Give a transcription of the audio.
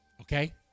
Okay